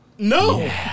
No